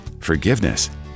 forgiveness